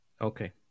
Okay